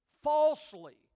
falsely